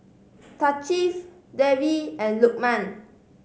Thaqif Dewi and Lukman